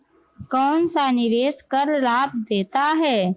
कौनसा निवेश कर लाभ देता है?